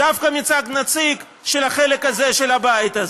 דווקא מצד נציג של החלק הזה של הבית הזה.